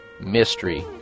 mystery